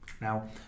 Now